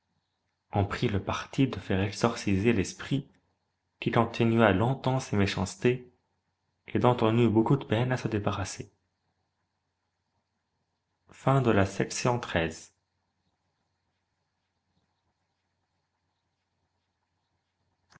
on prit le parti de faire exorciser l'esprit qui continua longtems ses méchancetés et dont on eût beaucoup de peine à se débarrasser